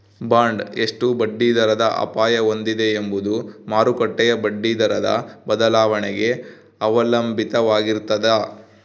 bond ಎಷ್ಟು ಬಡ್ಡಿದರದ ಅಪಾಯ ಹೊಂದಿದೆ ಎಂಬುದು ಮಾರುಕಟ್ಟೆಯ ಬಡ್ಡಿದರದ ಬದಲಾವಣೆಗೆ ಅವಲಂಬಿತವಾಗಿರ್ತದ